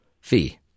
fee